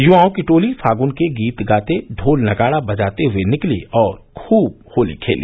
युवाओं की टोली फागुन के गीत गाते ढ़ोल नगाड़ा बजाते हए निकली और खूब होली खेली